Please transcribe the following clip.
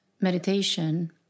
meditation